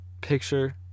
picture